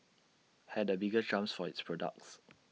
had the biggest jumps for its products